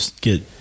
get